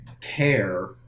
care